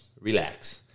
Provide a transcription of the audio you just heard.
relax